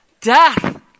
Death